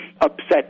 upset